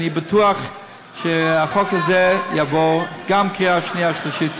אני בטוח שהחוק הזה יעבור גם בקריאה שנייה ושלישית.